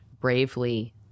bravely